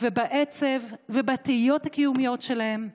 ובעצב ובתהיות הקיומיות שלהם.